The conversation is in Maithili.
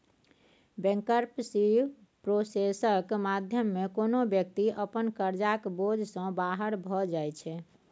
बैंकरप्सी प्रोसेसक माध्यमे कोनो बेकती अपन करजाक बोझ सँ बाहर भए जाइ छै